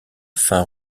fin